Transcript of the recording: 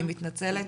אני מתנצלת.